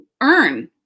earn